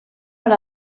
per